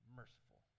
merciful